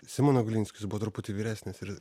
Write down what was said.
simonu glinskiu jis buvo truputį vyresnis ir